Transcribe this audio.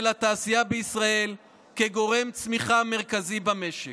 התעשייה בישראל כגורם צמיחה מרכזי במשק".